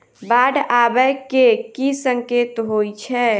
बाढ़ आबै केँ की संकेत होइ छै?